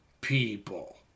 People